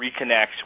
reconnects